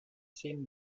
zehn